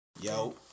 yo